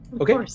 Okay